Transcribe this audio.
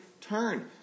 turn